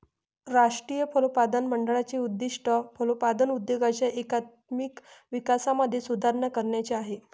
राष्ट्रीय फलोत्पादन मंडळाचे उद्दिष्ट फलोत्पादन उद्योगाच्या एकात्मिक विकासामध्ये सुधारणा करण्याचे आहे